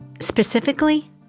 Specifically